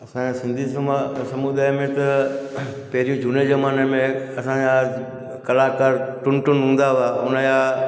असांजे सिंधी समा समुदाय में त पहिरीं झूने ज़माने में असांजा कलाकार टुनटुन हूंदा हुआ हुनजा